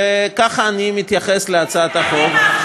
וככה אני מתייחס להצעת החוק.